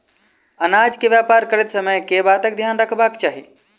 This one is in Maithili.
अनाज केँ व्यापार करैत समय केँ बातक ध्यान रखबाक चाहि?